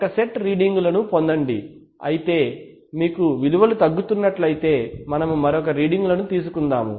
ఒక సెట్ రీడింగులను పొందండి అయితే మీకు విలువలు తగ్గుతున్నట్లయితేమనము మరొక రీడింగులను తీసుకుందాము